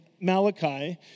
Malachi